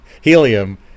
helium